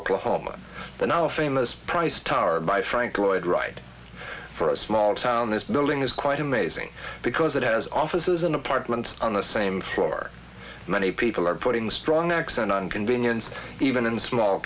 oklahoma the now famous price tower by frank lloyd wright for a small town his building is quite amazing because it has offices an apartment on the same floor many people are putting strong accent on convenience even in small